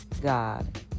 God